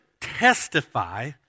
testify